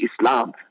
Islam